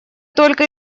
только